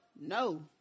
no